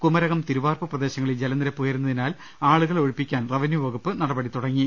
കുമരകം തിരുവാർപ്പ് പ്രദേ ശങ്ങളിൽ ജലനിരപ്പ് ഉയരുന്നതിനാൽ ആളുകളെ ഒഴിപ്പിക്കാൻ റവന്യൂവകുപ്പ് നടപടി തുടങ്ങി